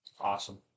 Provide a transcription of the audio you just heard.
Awesome